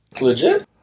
Legit